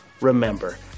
Remember